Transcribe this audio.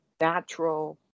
natural